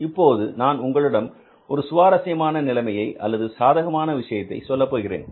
இப்போது நான் உங்களிடம் ஒரு சுவாரசியமான நிலைமையை அல்லது ஒரு சாதகமான விஷயத்தை சொல்லப்போகிறேன்